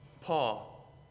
Paul